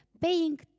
paying